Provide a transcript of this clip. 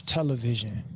Television